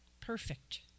Perfect